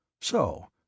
So